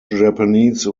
japanese